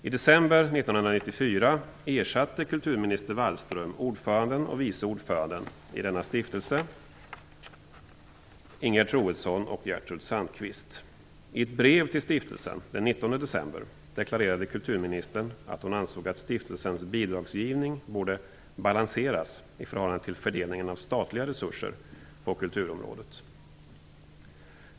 I december 1994 ersatte kulturminister Wallström ordföranden och vice ordföranden i denna stiftelse, Ingegerd Troedsson och Gertrud Sandkvist. I ett brev till stiftelsen den 19 december deklarerade kulturministern att hon ansåg att stiftelsens bidragsgivning borde balanseras i förhållande till fördelningen av statliga resurser på kulturområdet.